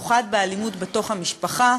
במיוחד באלימות בתוך המשפחה,